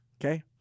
Okay